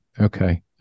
Okay